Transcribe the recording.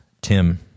Tim